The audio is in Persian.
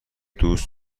دوست